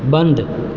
बन्द